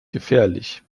gefährlich